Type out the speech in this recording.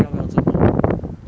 不要老子懂